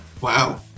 Wow